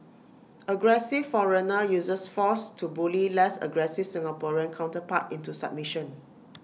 aggressive foreigner uses force to bully less aggressive Singaporean counterpart into submission